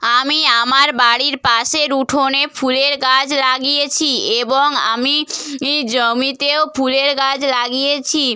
আমি আমার বাড়ির পাশের উঠোনে ফুলের গাছ লাগিয়েছি এবং আমি ই জমিতেও ফুলের গাছ লাগিয়েছি